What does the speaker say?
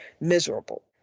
miserable